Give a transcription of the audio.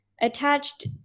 attached